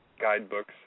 guidebooks